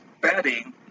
betting